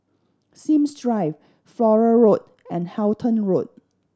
Sims Drive Flora Road and Halton Road